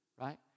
right